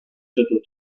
viertel